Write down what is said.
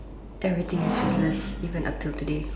everything is useless even up till today